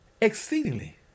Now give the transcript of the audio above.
exceedingly